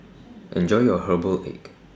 Enjoy your Herbal Egg